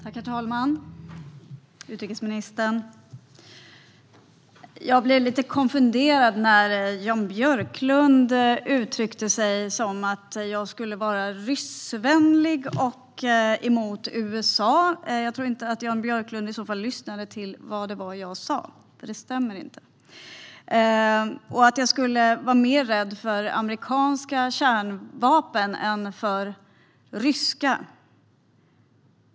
Herr talman och utrikesministern! Jag blev lite konfunderad när Jan Björklund uttryckte sig som att jag skulle vara ryssvänlig och emot USA och att jag skulle vara mer rädd för amerikanska kärnvapen än för ryska kärnvapen. Jag tror inte att Jan Björklund i så fall lyssnade till vad jag sa. Det stämmer inte.